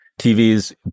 TVs